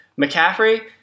McCaffrey